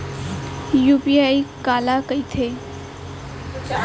UPI काला कहिथे?